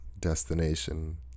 destination